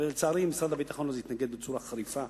ולצערי משרד הביטחון התנגד לזה אז בצורה חריפה,